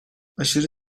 aşırı